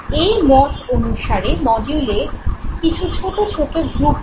এই মত অনুসারে মডিউলের কিছু ছোট ছোট গ্রুপ হয়